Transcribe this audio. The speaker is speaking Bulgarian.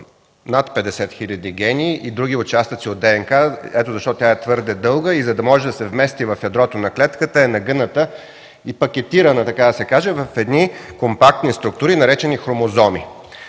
над 50 хил. гени и други участници от ДНК, ето защо тя е твърде дълга и за да може да се вмести в ядрото на клетката, е нагъната и пакетирана, така да се каже, в компактни структури, наречени хромозоми.